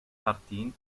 tartines